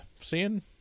seeing